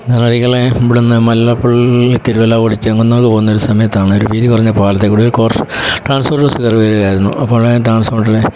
ഇവിടുന്ന് മല്ലാപള്ളി തിരുവല്ല വഴി ചെങ്ങന്നൂർ പോകുന്നൊരു സമയത്താണൊരു വീതി കുറഞ്ഞ പാലത്തിൽ കൂടി ഒരു കോർഷ് ട്രാൻസ്പോർട്ട് ബസ് കയറി വരുകയായിരുന്നു അപ്പോളെ ട്രാൻസ്പോർട്ടിലെ